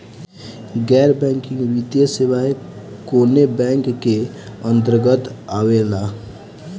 गैर बैंकिंग वित्तीय सेवाएं कोने बैंक के अन्तरगत आवेअला?